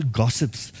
gossips